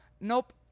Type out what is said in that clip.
Nope